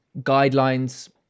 guidelines